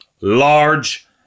large